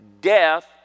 death